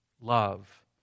love